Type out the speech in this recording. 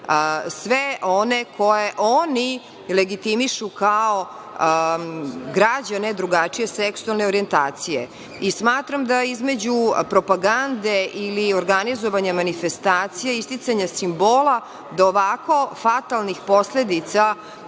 sve one koje oni legitimišu kao građane drugačije seksualne orijentacije. Smatram da između propagande ili organizovanja manifestacija, isticanja simbola do ovako fatalnih posledica